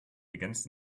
against